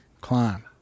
Climb